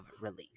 release